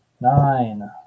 nine